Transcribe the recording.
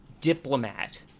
diplomat